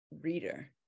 reader